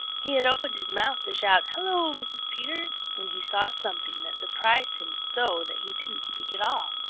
he had opened his mouth to shout, hello, mrs. peter, when he saw something that surprised him so that he didn't speak at all.